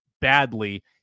badly